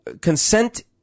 Consent